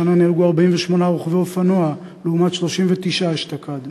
השנה נהרגו 48 רוכבי אופנוע, לעומת 36 אשתקד.